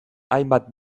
hainbat